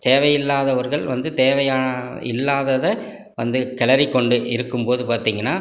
தேவை இல்லாதவர்கள் வந்து தேவை இல்லாததை வந்து கிளரிக்கொண்டு இருக்கும்போது பார்த்திங்கனா